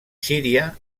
síria